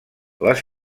les